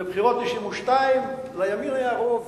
בבחירות 1992 לימין היה רוב,